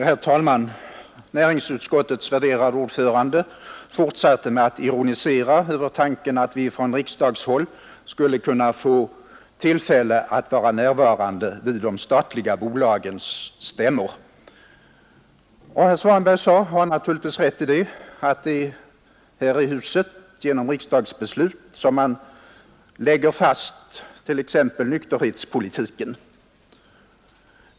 Herr talman! Näringsutskottets värderade ordförande fortsatte med att ironisera över tanken att vi från riksdagshåll skulle kunna få tillfälle att vara närvarande vid de statliga bolagens stämmor. Herr Svanberg sade — och han har naturligtvis rätt i det — att det är här i huset som man genom riksdagsbeslut lägger fast t.ex. nykterhetspolitiken.